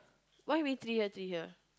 why we three here three here